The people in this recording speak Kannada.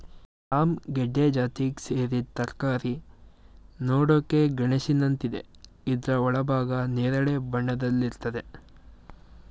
ಯಾಮ್ ಗೆಡ್ಡೆ ಜಾತಿಗ್ ಸೇರಿದ್ ತರಕಾರಿ ನೋಡಕೆ ಗೆಣಸಿನಂತಿದೆ ಇದ್ರ ಒಳಭಾಗ ನೇರಳೆ ಬಣ್ಣದಲ್ಲಿರ್ತದೆ